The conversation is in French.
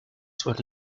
soient